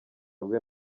bwe